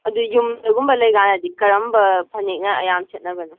ꯑꯗꯨ ꯌꯨꯝꯗꯒꯨꯝꯕ ꯂꯩ ꯀꯥꯟꯗꯗꯤ ꯀꯔꯝꯕ ꯐꯅꯦꯛꯅ ꯑꯌꯥꯝꯕ ꯁꯦꯠꯅꯕꯅꯣ